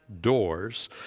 doors